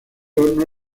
horno